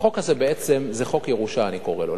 החוק הזה בעצם זה חוק ירושה, אני קורא לו.